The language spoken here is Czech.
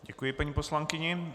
Děkuji paní poslankyni.